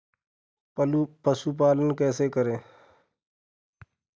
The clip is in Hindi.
पशुपालन कैसे करें?